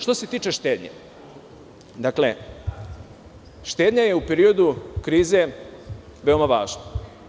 Što se tiče štednje, štednja je u periodu krize veoma važna.